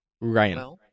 Ryan